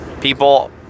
people